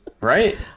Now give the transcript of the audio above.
Right